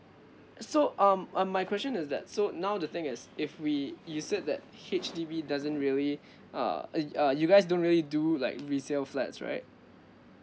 so um um my question is that so now the thing is if we you said that H_D_B doesn't really err and uh you guys don't really do like resale flats right